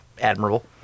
admirable